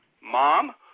mom